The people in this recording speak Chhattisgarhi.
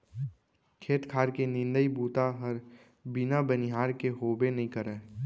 खेत खार के निंदई बूता हर बिना बनिहार के होबे नइ करय